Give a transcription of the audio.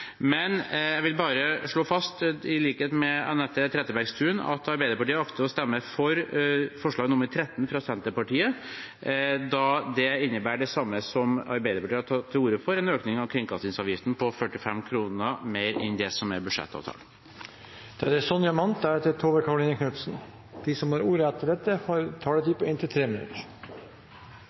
Men jeg vil bare slå fast, i likhet med Anette Trettebergstuen, at Arbeiderpartiet akter å stemme for forslag nr. 13 fra Senterpartiet, da det innebærer det samme som Arbeiderpartiet har tatt til orde for – en økning av kringkastingsavgiften på 45 kr mer enn det som er